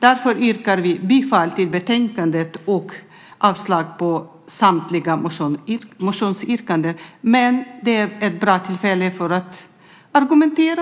Därför yrkar vi bifall till förslaget i betänkandet och avslag på samtliga motionsyrkanden. Men det är nu ett bra tillfälle att argumentera.